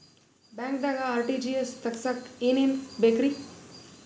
ಬ್ಯಾಂಕ್ದಾಗ ಆರ್.ಟಿ.ಜಿ.ಎಸ್ ತಗ್ಸಾಕ್ ಏನೇನ್ ಬೇಕ್ರಿ?